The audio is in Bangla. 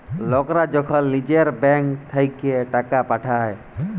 লকরা যখল লিজের ব্যাংক থ্যাইকে টাকা পাঠায়